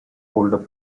older